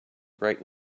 write